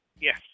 Yes